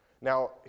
Now